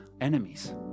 enemies